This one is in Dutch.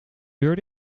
deur